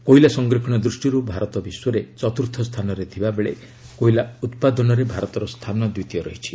କୋଇଲା ସଂରକ୍ଷଣ ଦୃଷ୍ଟିରୁ ଭାରତ ବିଶ୍ୱରେ ଚତୁର୍ଥ ସ୍ଥାନରେ ଥିବାବେଳେ କୋଇଲା ଉତ୍ପାଦନରେ ଭାରତର ସ୍ଥାନ ଦ୍ୱିତୀୟ ରହିଛି